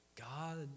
God